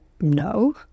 no